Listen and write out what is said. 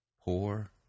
Poor